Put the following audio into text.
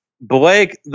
Blake